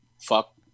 Fuck